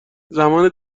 زمان